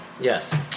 Yes